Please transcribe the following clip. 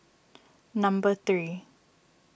number three